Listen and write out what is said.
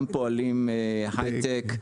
גם פועלים הייטק,